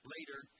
later